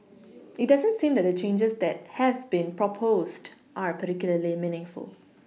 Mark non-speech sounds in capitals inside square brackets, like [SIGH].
[NOISE] it doesn't seem that the changes that have been proposed are particularly meaningful